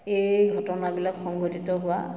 এই ঘটনাবিলাক সংঘটিত হোৱা